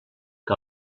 que